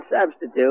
substitute